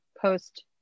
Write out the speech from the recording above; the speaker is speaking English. post